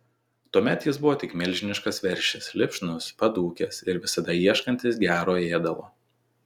tuomet jis buvo tik milžiniškas veršis lipšnus padūkęs ir visada ieškantis gero ėdalo